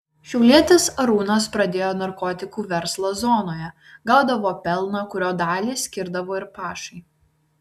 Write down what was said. šiaulietis arūnas pradėjo narkotikų verslą zonoje gaudavo pelną kurio dalį skirdavo ir pašai